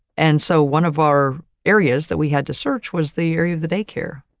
and so, one of our areas that we had to search was the area of the daycare.